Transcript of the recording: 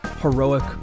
heroic